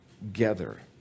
together